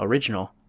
original,